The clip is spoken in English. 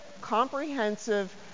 comprehensive